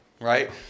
Right